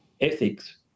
ethics